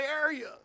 area